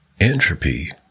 entropy